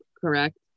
correct